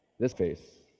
this face